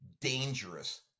dangerous